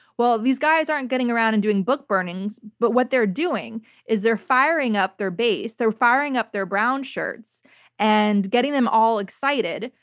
well, these guys aren't getting around and doing book burnings, but what they're doing is they're firing up their base, they're firing up their brown shirts and getting them all excited.